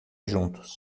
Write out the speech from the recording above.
juntos